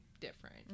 different